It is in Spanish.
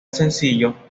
sencillo